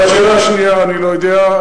השאלה השנייה, אני לא יודע.